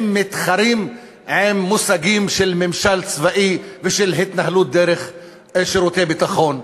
הם מתחרים עם מושגים של ממשל צבאי ושל התנהלות דרך שירותי ביטחון.